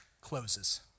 closes